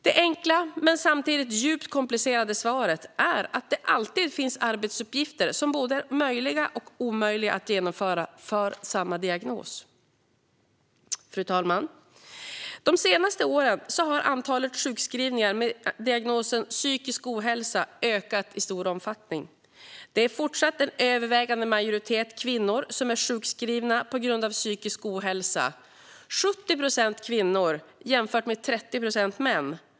Det enkla, men samtidigt djupt komplicerade, svaret är att det alltid finns arbetsuppgifter som är både möjliga och omöjliga att genomföra för samma diagnos. Fru talman! Det senaste året har antalet sjukskrivningar med diagnosen psykisk ohälsa ökat i stor omfattning. Det är fortfarande en övervägande majoritet kvinnor som är sjukskrivna på grund av psykisk ohälsa, 70 procent kvinnor mot 30 procent män.